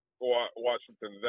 Washington